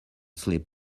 sleep